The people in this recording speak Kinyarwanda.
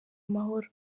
amahoro